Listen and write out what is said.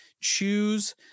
choose